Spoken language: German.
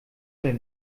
mehr